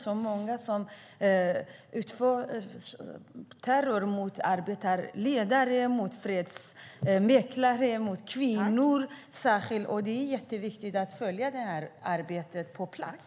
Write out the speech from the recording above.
Det sker terror mot arbetarledare, mot fredsmäklare och mot kvinnor. Det är mycket viktigt att följa detta arbete på plats.